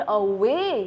away